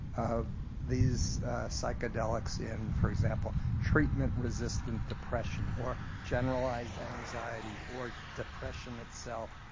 ah these psychedelics in, for example, treatment resistant depression or generalized anxiety or depression itself,